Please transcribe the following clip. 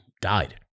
died